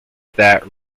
that